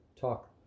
talk